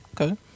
okay